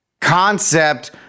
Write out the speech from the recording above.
concept